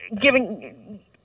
giving